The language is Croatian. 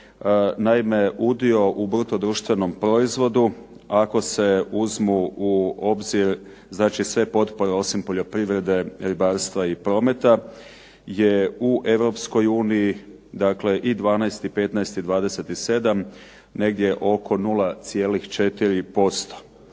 Naime, udio u bruto društvenom proizvodu ako se uzmu u obzir sve potpore osim poljoprivrede, ribarstva i prometa je u Europskoj uniji i 12, i 15 i 27 negdje oko 0,4%.